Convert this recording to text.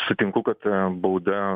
sutinku kad bauda